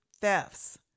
thefts